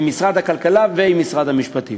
עם משרד הכלכלה ועם משרד המשפטים.